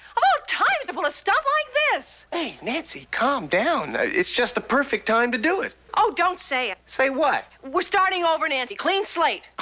times to pull a stunt like this. hey, nancy, calm down. it's just the perfect time to do it. oh, don't say it. say what? we're starting over, nancy, clean slate.